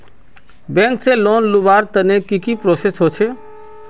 Bank से loan लुबार तने की की प्रोसेस होचे?